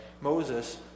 Moses